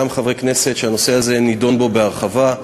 חברי כנסת שהנושא הזה נדון בו בהרחבה.